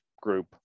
group